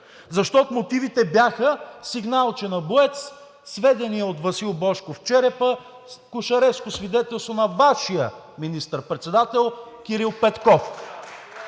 Защото мотивите бяха сигналче на БОЕЦ, сведения от Васил Божков – Черепа, кошаревско свидетелство на Вашия министър-председател Кирил Петков